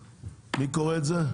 מי קורא את זה?